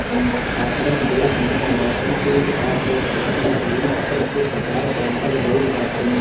आपन देस में मौसम के हिसाब से खेती अउरी फसल के प्रकार बाँटल गइल बाटे